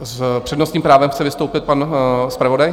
S přednostním právem chce vystoupit pan zpravodaj?